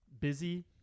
Busy